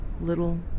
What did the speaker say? little